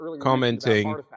commenting